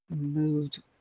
moved